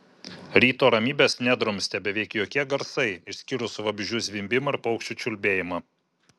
ryto ramybės nedrumstė beveik jokie garsai išskyrus vabzdžių zvimbimą ir paukščių čiulbėjimą